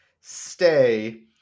stay